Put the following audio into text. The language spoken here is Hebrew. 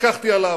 התווכחתי עליו,